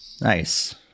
Nice